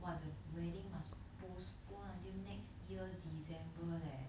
!wah! the wedding must postpone until next year december leh